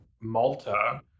Malta